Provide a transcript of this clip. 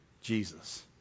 Jesus